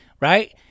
Right